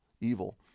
evil